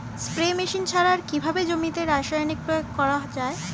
Spray machine ছাড়া আর কিভাবে জমিতে রাসায়নিক প্রয়োগ করা যায়?